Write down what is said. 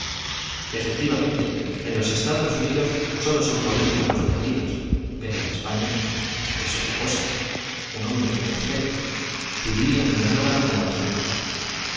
efectivamente en los estados unidos sólo son políticos los perdidos pero en españa es otra cosa un hombre como usted subiría mi don álvaro como la espuma